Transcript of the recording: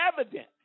evident